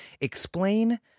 Explain